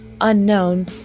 unknown